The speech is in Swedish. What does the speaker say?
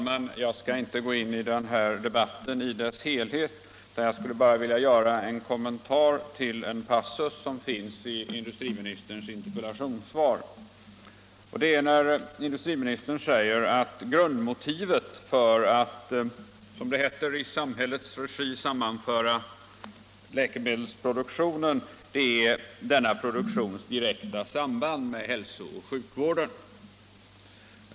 Herr talman! Jag skall inte gå in i den här debatten i dess helhet utan vill bara göra en kommentar till en passus i industriministerns interpellationssvar, nämligen när industriministern säger att grundmotivet för att, som det heter, ”i samhällets regi sammanföra läkemedelsproduktionen” är denna produktions direkta samband med hälsooch sjukvården.